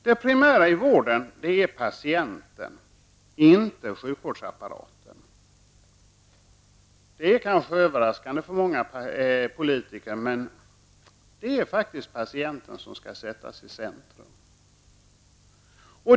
Det primära i vården är patienten och inte sjukvårdsapparaten. Det är kanske överraskande för många politiker, men det är faktiskt patienten som skall sättas i centrum.